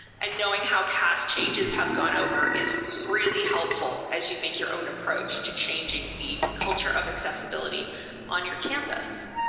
and knowing how past changes have gone over is really helpful as you make your own approach to changing the culture of accessibility on your campus.